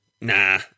nah